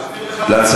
לא,